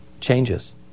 changes